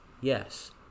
yes